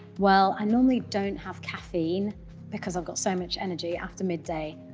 well, i normally don't have caffeine because i've got so much energy after midday,